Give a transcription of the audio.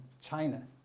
China